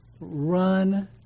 run